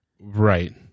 Right